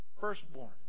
firstborn